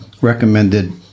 recommended